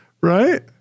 right